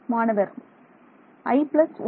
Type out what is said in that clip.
மாணவர் i plus 12